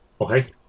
okay